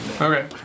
Okay